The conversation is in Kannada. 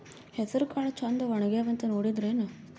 ಹೆಸರಕಾಳು ಛಂದ ಒಣಗ್ಯಾವಂತ ನೋಡಿದ್ರೆನ?